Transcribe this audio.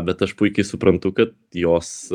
bet aš puikiai suprantu kad jos